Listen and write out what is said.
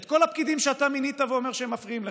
את כל הפקידים שאתה מינית ואתה אומר שהם מפריעים לך,